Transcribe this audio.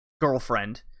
girlfriend